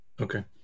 Okay